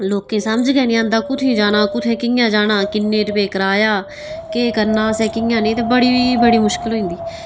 लोकें ई समझ गै निं आंदा कु'त्थें जाना कु'त्थें कि'यां जाना कि'न्ने रपेऽ कराया केह् करना असें कि'यां नेईं ते बड़ी मुशकल होई जंदी